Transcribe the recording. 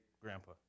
grandpa